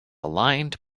aligned